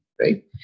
right